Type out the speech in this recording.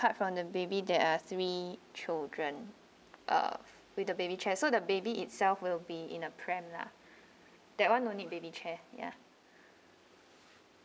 part from the baby there are three children ah with the baby chair so the baby itself will be in a pram lah that one no need baby chair ya